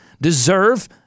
deserve